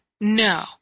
no